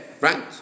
right